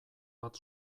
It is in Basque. bat